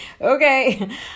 okay